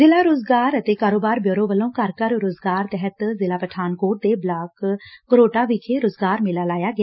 ਜ਼ਿਲ੍ਹਾ ਰੁਜ਼ਗਾਰ ਅਤੇ ਕਾਰੋਬਾਰ ਬਿਊਰੋ ਵੱਲੋਂ ਘਰ ਘਰ ਰੋਜ਼ਗਾਰ ਤਹਿਤ ਜ਼ਿਲ੍ਹਾ ਪਠਾਨਕੋਟ ਦੇ ਬਲਾਕ ਘਰੋਟਾ ਵਿਖੇ ਰੁਜ਼ਗਾਰ ਮੇਲਾ ਲਾਇਆ ਗਿਆ